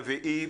בחינות החורף,